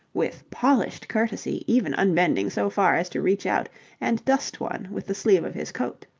with polished courtesy even unbending so far as to reach out and dust one with the sleeve of his coat.